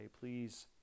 please